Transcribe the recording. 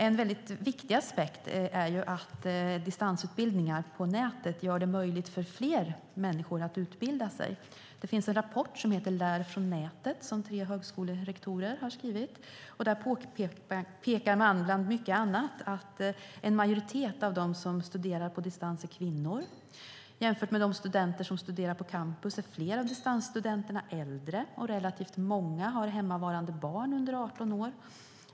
En viktig aspekt är att distansutbildningar på nätet gör det möjligt för fler människor att utbilda sig. Det finns en rapport som heter Lär från nätet! som tre högskolerektorer har skrivit, och där påpekas bland mycket annat att en majoritet av dem som studerar på distans är kvinnor. Jämfört med dem som studerar på campus är fler av distansstudenterna äldre. Relativt många har hemmavarande barn under 18 år.